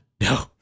No